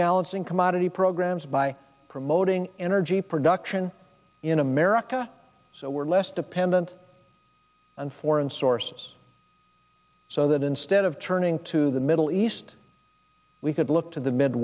balancing commodity programs by promoting energy production in america so we're less dependent on foreign sources so that instead of turning to the middle east we could look to the mid